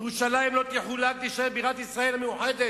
ירושלים לא תחולק, היא תישאר בירת ישראל המאוחדת.